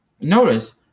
Notice